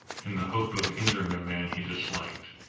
in the hope of injuring a man he disliked.